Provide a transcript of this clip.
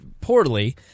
poorly